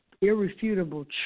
irrefutable